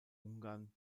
ungarn